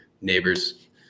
neighbors